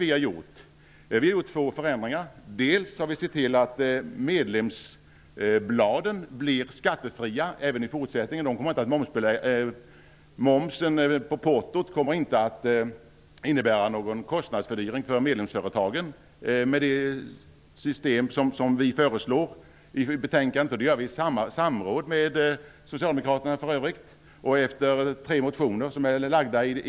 Vi har gjort två förändringar. Vi har sett till att medlemsbladen blir skattefria även i fortsättningen. Med det system som vi föreslår i betänkandet kommer momsen på portot inte att innebära någon kostnadsfördyring för medlemsföretagen. Vi föreslår detta i samråd med Socialdemokraterna. Det sker efter det att tre motioner om detta lagts.